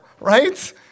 right